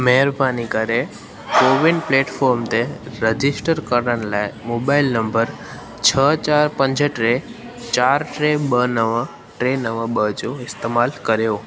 महिरबानी करे CoWIN platform ते रजिस्टर करण लाइ मोबाइल नंबर छह चारि पंज टे चारि टे ॿ नव हिकु ॿ जो इस्तैमाल करियो